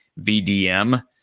VDM